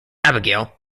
abigail